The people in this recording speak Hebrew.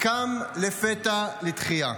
קם לפתע לתחייה.